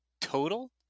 total